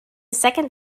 second